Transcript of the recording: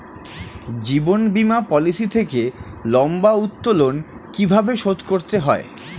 জীবন বীমা পলিসি থেকে লম্বা উত্তোলন কিভাবে শোধ করতে হয়?